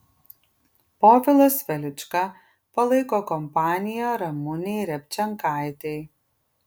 povilas velička palaiko kompaniją ramunei repčenkaitei